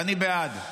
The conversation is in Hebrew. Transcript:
ואני בעד.